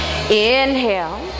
Inhale